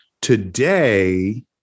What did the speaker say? today